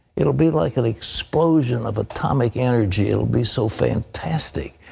it will be like an explosion of atomic energy, it will be so fantastic.